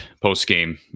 post-game